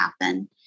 happen